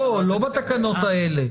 לא, לא בתקנות האלה.